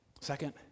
Second